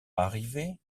arrivée